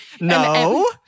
No